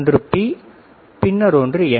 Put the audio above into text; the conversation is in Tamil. ஒன்று பி பின்னர் ஒன்று என்